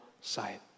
side